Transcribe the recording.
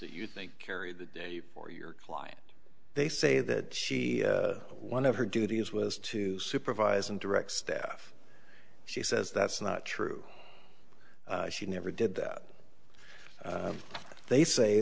that you think carry the day for your client they say that she one of her duties was to supervise and direct staff she says that's not true she never did that they say